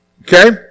Okay